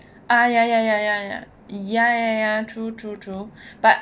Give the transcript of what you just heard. ah ya ya ya ya ya ya true true true but